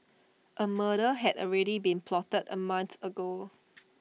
A murder had already been plotted A month ago